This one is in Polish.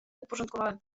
uporządkowałem